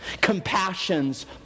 Compassions